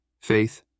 faith